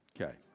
okay